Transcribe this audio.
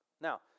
Now